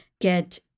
get